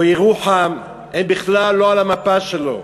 או ירוחם, הם בכלל לא על המפה שלו,